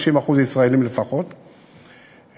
90% לפחות ישראלים,